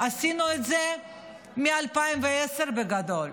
עשינו את זה מ-2010 בגדול,